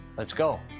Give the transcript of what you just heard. let's go.